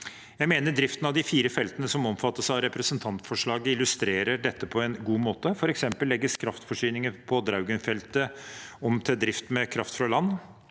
driften av de fire feltene som omfattes av representantforslaget, illustrerer dette på en god måte. For eksempel legges kraftforsyningen på Draugen-feltet om til drift med kraft fra land,